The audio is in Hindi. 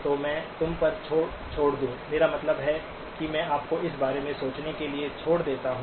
तो में तुम पर छोड़ दूँ मेरा मतलब है मैं आपको इस बारे में सोचने के लिए छोड़ देता हूं